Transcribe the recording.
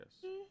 yes